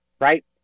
right